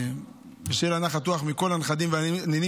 שתהיה לה נחת רוח מכל הנכדים והנינים,